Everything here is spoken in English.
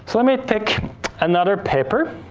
let me pick another paper.